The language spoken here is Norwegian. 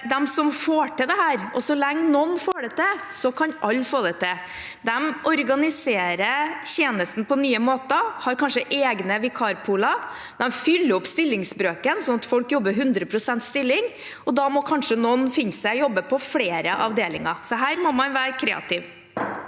De som får til dette – og så lenge noen får det til, kan alle få det til – organiserer tjenesten på nye måter, de har kanskje egne vikarpooler, og de fyller opp stillingsbrøken, slik at folk jobber i 100 pst. stilling. Da må kanskje noen finne seg i å jobbe på flere avdelinger. Her må man være kreative.